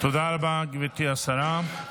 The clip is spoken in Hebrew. תודה רבה, גברתי השרה.